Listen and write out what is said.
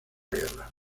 guerra